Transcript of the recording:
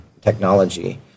technology